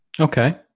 Okay